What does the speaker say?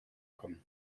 kommen